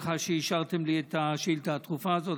את השאילתה הדחופה הזאת.